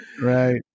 right